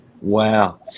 Wow